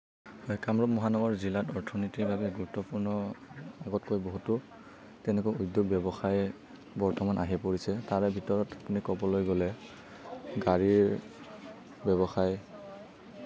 কামৰূপ মহানগৰ জিলাত অৰ্থনীতিৰ বাবে গুৰুত্বপূৰ্ণ আগতকৈ বহুতো তেনেকুৱা উদ্যেগ ব্যৱসায় বৰ্তমান আহি পৰিছে তাৰে ভিতৰত আপুনি ক'বলৈ গ'লে গাড়ীৰ ব্যৱসায়